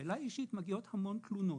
ואליי אישית מגיעות המון תלונות,